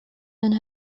and